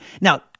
Now